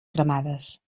cremades